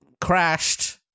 crashed